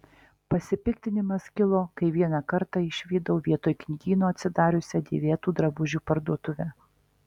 pasipiktinimas kilo kai vieną kartą išvydau vietoj knygyno atsidariusią dėvėtų drabužių parduotuvę